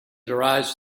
derives